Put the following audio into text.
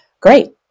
great